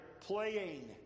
playing